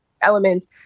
elements